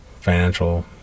Financial